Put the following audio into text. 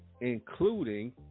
including